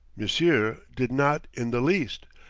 m'sieu' did not in the least,